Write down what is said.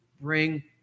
bring